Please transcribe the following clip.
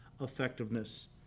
effectiveness